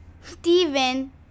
Steven